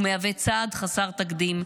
ומהווה צעד חסר תקדים,